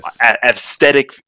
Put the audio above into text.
aesthetic